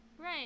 Right